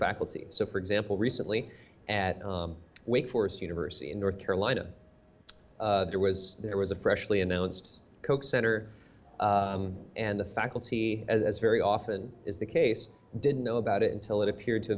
faculty so for example recently at wake forest the verse in north carolina there was there was a freshly announced coke center and the faculty as very often is the case didn't know about it until it appeared to